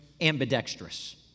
ambidextrous